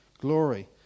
glory